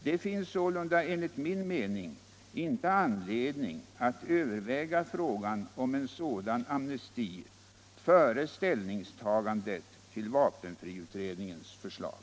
Det finns sålunda enligt min mening inte anledning att överväga frågan om en sådan amnesti före ställningstagandet till vapenfriutredningens förslag.